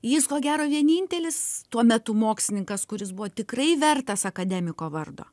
jis ko gero vienintelis tuo metu mokslininkas kuris buvo tikrai vertas akademiko vardo